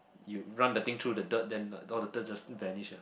you run the thing through the dirt then the all the dirt just vanish lah